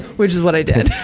which is what i did.